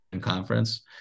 Conference